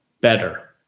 better